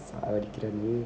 சாவடிக்கறானே:savadikkaraane